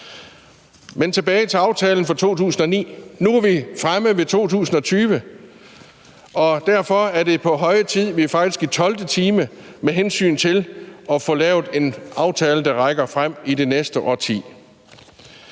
Men tilbage til aftalen fra 2009. Nu er vi fremme ved 2020, og derfor er det på høje tid – vi er faktisk i tolvte time – med hensyn til at få lavet en aftale, der rækker frem i det næste årti.